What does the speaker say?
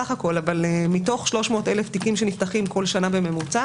מתוך 300,000 תיקים שנפתחים כל שנה בממוצע